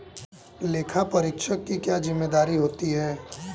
लेखापरीक्षक की क्या जिम्मेदारी होती है?